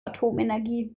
atomenergie